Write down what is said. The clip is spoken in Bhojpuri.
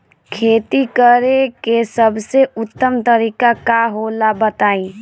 खेती करे के सबसे उत्तम तरीका का होला बताई?